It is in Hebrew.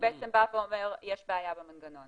בעצם הוא בא ואומר שיש בעיה במנגנון